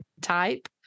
type